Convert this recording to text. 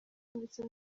ndetse